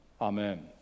Amen